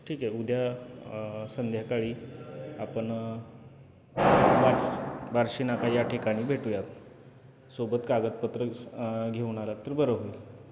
ठीक आहे उद्या संध्याकाळी आपण बार्स बार्शीनाका या ठिकाणी भेटूयात सोबत कागदपत्रं घेऊन आला तर बरं होईल